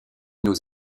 nous